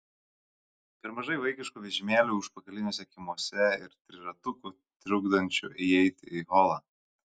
per mažai vaikiškų vežimėlių užpakaliniuose kiemuose ir triratukų trukdančių įeiti į holą